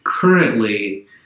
Currently